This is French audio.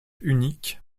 unique